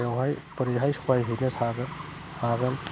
बेवहाय बोरैहाय सहाय हैनो हागोन